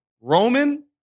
Roman